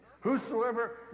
whosoever